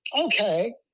Okay